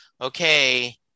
okay